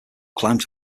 climbed